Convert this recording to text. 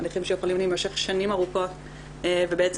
הליכים שיכולים להמשך שנים ארוכות ובעצם